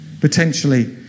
potentially